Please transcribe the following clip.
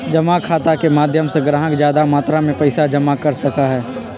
जमा खाता के माध्यम से ग्राहक ज्यादा मात्रा में पैसा जमा कर सका हई